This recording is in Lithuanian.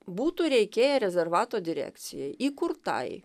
būtų reikėję rezervato direkcijai įkurtai